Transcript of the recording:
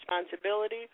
responsibility